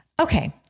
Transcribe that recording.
Okay